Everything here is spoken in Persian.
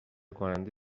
کننده